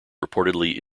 reportedly